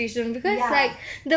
ya